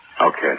Okay